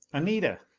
anita!